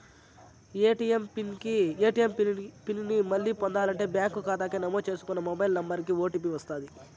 ATM pin ని మళ్ళీ పొందాలంటే బ్యాంకు కాతాకి నమోదు చేసుకున్న మొబైల్ నంబరికి ఓ.టీ.పి వస్తది